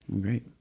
Great